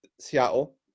Seattle